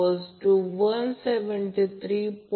त्याचप्रमाणे Ic I angle 120° Ic 33